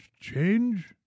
change